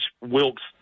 Wilkes